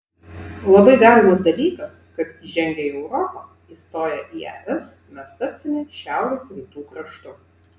labai galimas dalykas kad įžengę į europą įstoję į es mes tapsime šiaurės rytų kraštu